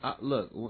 Look